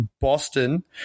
Boston